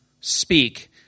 speak